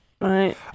right